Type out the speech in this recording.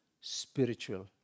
spiritual